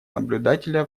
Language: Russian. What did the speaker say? наблюдателя